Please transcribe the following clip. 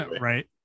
Right